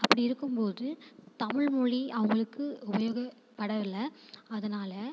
அப்படி இருக்கும் போது தமிழ் மொழி அவங்களுக்கு உபயோகப்படவில்லை அதனால்